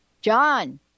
John